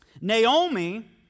Naomi